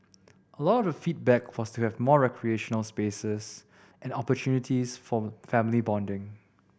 a lot of the feedback was to have more recreational spaces and opportunities for family bonding